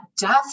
death